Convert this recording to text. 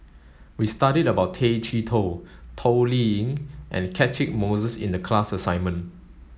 we studied about Tay Chee Toh Toh Liying and Catchick Moses in the class assignment